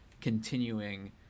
continuing